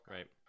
Right